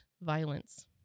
violence